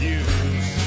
use